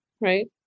Right